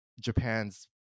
Japan's